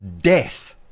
death